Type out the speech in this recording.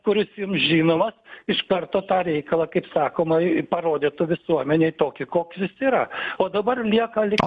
kuris jums žinomas iš karto tą reikalą kaip sakoma parodytų visuomenei tokį koks jis yra o dabar lieka lyg